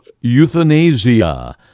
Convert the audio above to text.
euthanasia